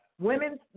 women